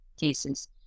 cases